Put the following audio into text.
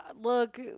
look